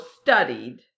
studied